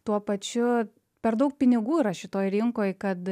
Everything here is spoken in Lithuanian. tuo pačiu per daug pinigų yra šitoj rinkoj kad